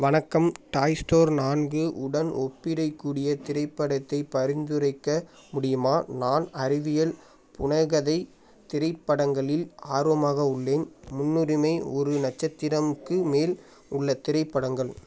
வணக்கம் Toy Story நான்கு உடன் ஒப்பிடக்கூடிய திரைப்படத்தைப் பரிந்துரைக்க முடியுமா நான் அறிவியல் புனைக்கதை திரைப்படங்களில் ஆர்வமாக உள்ளேன் முன்னுரிமை ஒரு நட்சத்திரமுக்கு மேல் உள்ள திரைப்படங்கள்